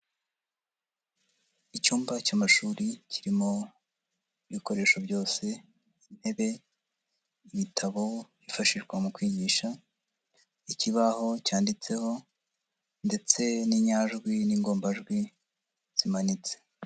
Icyumba cy'amashuri kirimo ibikoresho byose, intebe, ibitabo, byifashishwa mu kwigisha, ikibaho cyanditseho ndetse n'inyajwi n'ingombajwi zimanitse.